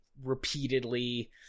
repeatedly